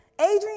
Adrian